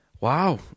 Wow